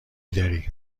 داری